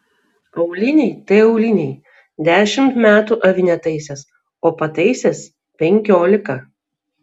auliniai tai auliniai dešimt metų avi netaisęs o pataisęs penkiolika